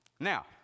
Now